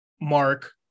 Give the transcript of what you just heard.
mark